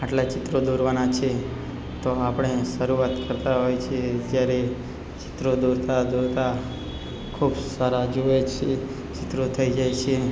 આટલા ચિત્રો દોરવાના છે તો આપણે શરૂઆત કરતા હોય છીએ જ્યારે ચિત્રો દોરતા દોરતા ખૂબ સારા જુએ છે ચિત્રો થઈ જાય છે